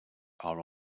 are